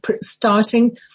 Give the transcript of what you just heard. starting